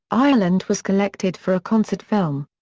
ireland was collected for a concert film.